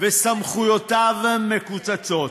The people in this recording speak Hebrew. וסמכויותיו מקוצצות.